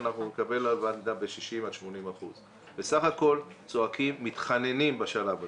שאנחנו נקבל הלוואת מדינה ב-60% עד 80%. בסך הכול צועקים מתחננים בשלב הזה.